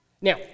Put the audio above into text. Now